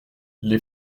les